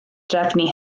drefnu